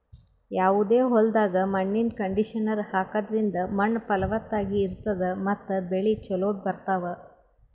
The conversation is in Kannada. ಯಾವದೇ ಹೊಲ್ದಾಗ್ ಮಣ್ಣಿನ್ ಕಂಡೀಷನರ್ ಹಾಕದ್ರಿಂದ್ ಮಣ್ಣ್ ಫಲವತ್ತಾಗಿ ಇರ್ತದ ಮತ್ತ್ ಬೆಳಿ ಚೋಲೊ ಬರ್ತಾವ್